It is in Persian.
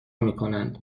میکنند